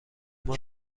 مال